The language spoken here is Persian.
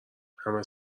همه